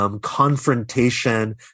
confrontation